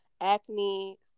acne